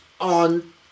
on